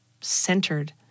centered